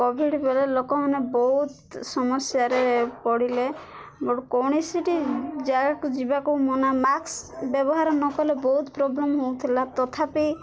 Covid ବେଳେ ଲୋକମାନେ ବହୁତ ସମସ୍ୟାରେ ପଡ଼ିଲେ ବଟ୍ କୌଣସିଟି ଜାଗାକୁ ଯିବାକୁ ମନା ମାସ୍କ୍ ବ୍ୟବହାର ନକଲେ ବହୁତ ପ୍ରୋବ୍ଲେମ୍ ହଉଥିଲା ତଥାପି